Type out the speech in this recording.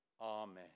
Amen